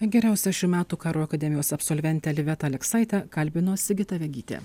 geriausia šių metų karo akademijos absolventė livetą aleksaitę kalbino sigita vegytė